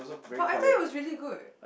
but I thought it was really good